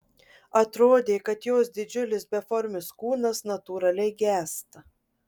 atrodė kad jos didžiulis beformis kūnas natūraliai gęsta